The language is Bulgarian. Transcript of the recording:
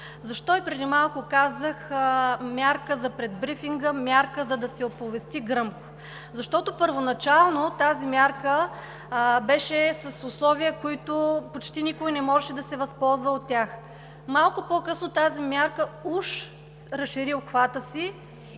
Защо и преди малко казах мярка за пред брифинга, мярка, за да се оповести гръм? Защото първоначално тази мярка беше с условия, от които почти никой не можеше да се възползва. Малко по-късно тази мярка уж разшири обхвата си